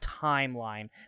timeline